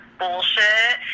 bullshit